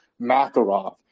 Makarov